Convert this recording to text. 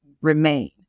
remain